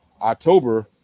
October